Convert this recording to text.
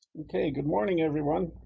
okay, good morning everyone.